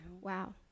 wow